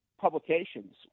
publications